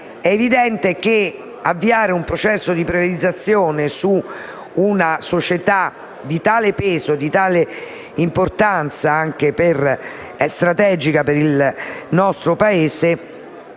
È evidente che avviare un processo di privatizzazione per una società di tale peso e importanza strategica per il nostro Paese